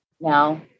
now